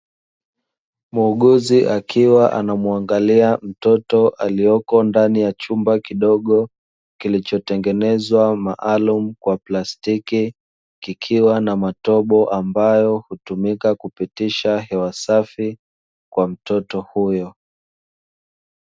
Muuguzi akiwa anamuangalia mtoto aliyeko ndani ya chumba kidogo kilichotengenezwa maalum kwa plastiki, kikiwa na matobo ambayo hutumika kupitisha hewa safi kwa mtoto huyo.